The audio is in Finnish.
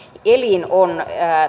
elin on